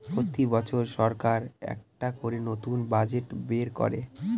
প্রতি বছর সরকার একটা করে নতুন বাজেট বের করে